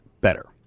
better